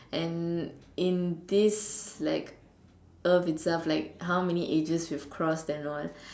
and in this like earth itself like how many ages is crossed and all